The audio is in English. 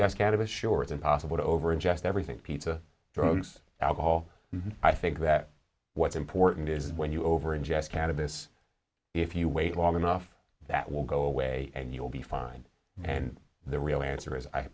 just kind of a short impossible to over ingest everything pizza drugs alcohol i think that what's important is when you over ingest kind of this if you wait long enough that will go away and you'll be fine and the real answer is i